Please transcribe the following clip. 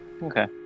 Okay